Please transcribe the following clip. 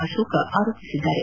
ಅಶೋಕ್ ಆರೋಪಿಸಿದ್ದಾರೆ